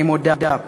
אני מודה.